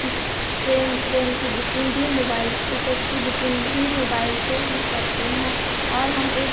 किस ट्रेन व्रेन की बुकिंग भी मुबाइल टिकट की बुकिंग भी मोबाइल से ही करते हैं और हम एक